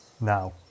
Now